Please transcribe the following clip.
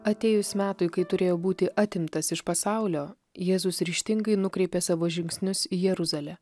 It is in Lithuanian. atėjus metui kai turėjo būti atimtas iš pasaulio jėzus ryžtingai nukreipė savo žingsnius į jeruzalę